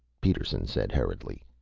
peterson said hurriedly,